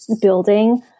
building